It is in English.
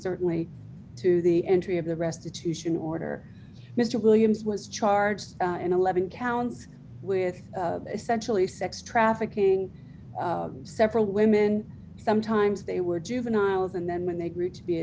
certainly to the entry of the restitution order mr williams was charged in eleven counts with essentially sex trafficking several women sometimes they were juveniles and then when they grew to be